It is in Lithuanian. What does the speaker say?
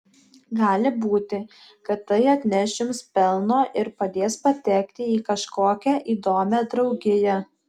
gali būti kad tai atneš jums pelno ir padės patekti į kažkokią įdomią draugiją